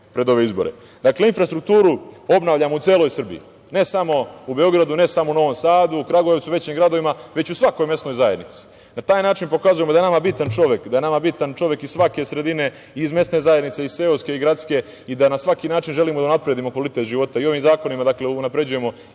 izbore. Dakle, infrastrukturu obnavljamo u celoj Srbiji, ne samo u Beogradu, ne samo u Novom Sadu, u Kragujevcu, većim gradovima, već u svakoj mesnoj zajednici. Na taj način pokazujemo da je nama bitan čovek, da je nama bitan čovek iz svake sredine, iz mesne zajednice, iz seoske i gradske, da na svaki način želimo da unapredimo kvalitet života. Ovim zakonima unapređujemo